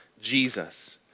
Jesus